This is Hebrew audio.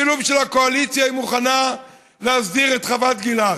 בשביל הקואליציה היא אפילו מוכנה להסדיר את חוות גלעד,